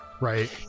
Right